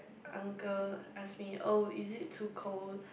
uncle asked me oh is it too cold